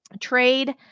trade